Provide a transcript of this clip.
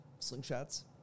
slingshots